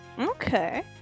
Okay